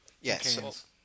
yes